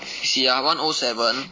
you see ah one O seven